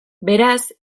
beraz